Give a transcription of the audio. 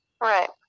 Right